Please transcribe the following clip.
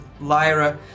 Lyra